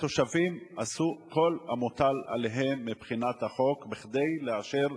התושבים, עשו כל המוטל עליהם בחוק כדי לאשר